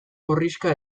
gorrixka